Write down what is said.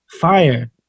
Fire